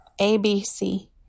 ABC